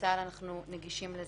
בצה"ל אנחנו נגישים לזה,